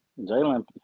Jalen